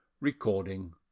recording